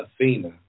Athena